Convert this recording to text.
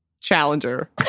Challenger